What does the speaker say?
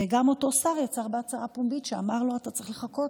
וגם אותו שר יצא בהצהרה פומבית ואמר לו: אתה צריך לחכות.